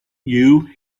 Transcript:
you